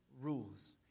rules